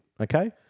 Okay